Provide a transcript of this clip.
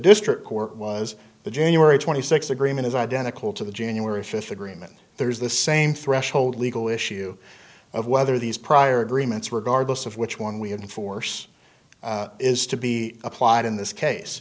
district court was the january twenty sixth agreement is identical to the january fifth agreement there's the same threshold legal issue of whether these prior agreements regardless of which one we enforce is to be applied in this case